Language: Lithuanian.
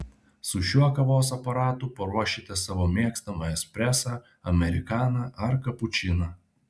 su šiuo kavos aparatu paruošite savo mėgstamą espresą amerikaną ar kapučiną